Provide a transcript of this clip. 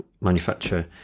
manufacturer